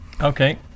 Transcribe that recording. Okay